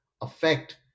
affect